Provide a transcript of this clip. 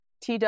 TW